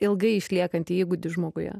ilgai išliekantį įgūdį žmoguje